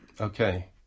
Okay